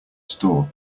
store